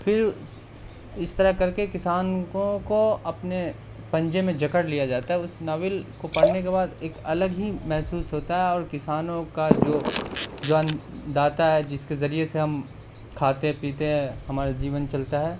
پھر اس طرح کر کے کسان کو کو اپنے پنجے میں جکڑ لیا جاتا ہے اس ناول کو پڑھنے کے بعد ایک الگ ہی محسوس ہوتا ہے اور کسانوں کا جو جو ان داتا ہے جس کے ذریعے سے ہم کھاتے پیتے ہیں ہمارا جیون چلتا ہے